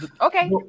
Okay